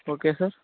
okay sir